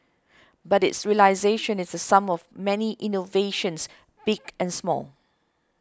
but its realisation is the sum of many innovations big and small